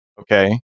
okay